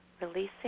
releasing